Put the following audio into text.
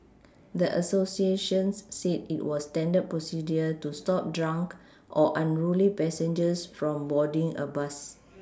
the Associations said it was standard procedure to stop drunk or unruly passengers from boarding a bus